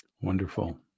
Wonderful